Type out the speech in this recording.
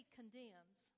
condemns